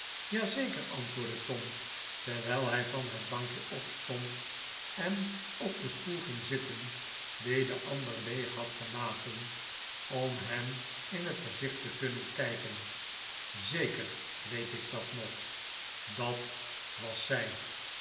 zeker antwoordde tom terwijl hij van het bankje opstond en op den stoel ging zitten dien de ander leeg had gelaten om hem in het gezicht te kunnen kijken zeker weet ik dat nog dat was zij